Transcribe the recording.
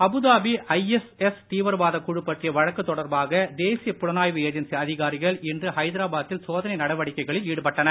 Abu Dhabi ISS தீவிரவாதக் குழு பற்றிய வழக்கு தொடர்பாக தேசிய புலனாய்வு ஏஜென்சி அதிகாரிகள் இன்று ஹைதராபா தில் சோதனை நடவடிக்கைகளில் ஈடுபட்டனர்